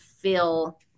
feel